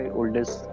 oldest